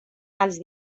als